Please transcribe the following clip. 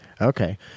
Okay